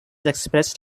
expressed